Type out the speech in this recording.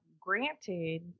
granted